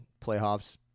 playoffs